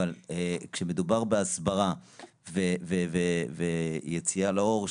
אבל כשמדובר בהסברה ויציאה לאור,